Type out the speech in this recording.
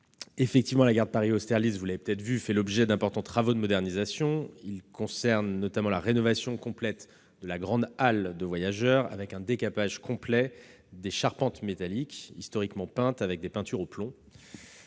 été relevé. La gare de Paris-Austerlitz fait en effet l'objet d'importants travaux de modernisation. Ils concernent notamment la rénovation complète de la Grande halle voyageurs, qui comprend un décapage complet des charpentes métalliques, historiquement peintes avec des peintures au plomb,